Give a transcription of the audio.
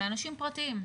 לאנשים פרטיים.